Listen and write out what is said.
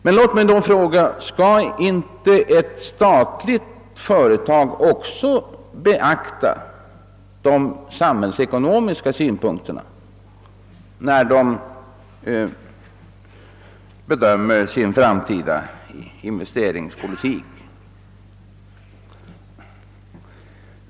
Skall då inte också ett statligt företag beakta de samhällsekonomiska synpunkterna vid bedömningen av sin framtida investeringspolitik?